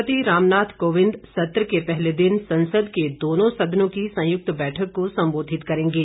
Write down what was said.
राष्ट्रपति रामनाथ कोविंद सत्र के पहले दिन संसद के दोनों सदनों की संयुक्त बैठक को संबोधित करेंगे